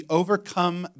overcome